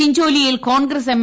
ചിഞ്ചോലിയിൽ Congress M